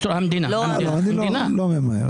אני לא ממהר,